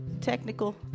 Technical